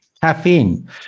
caffeine